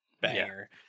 banger